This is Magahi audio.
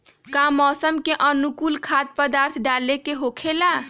का मौसम के अनुकूल खाद्य पदार्थ डाले के होखेला?